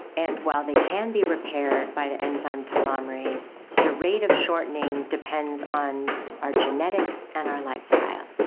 and while they can be repaired by the enzyme telomerase, the rate of shortening depends on our genetics and our lifestyle.